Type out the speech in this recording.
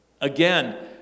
Again